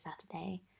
Saturday